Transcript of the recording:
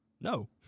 No